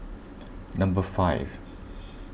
number five